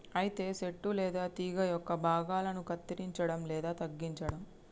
అయితే సెట్టు లేదా తీగ యొక్క భాగాలను కత్తిరంచడం లేదా తగ్గించడం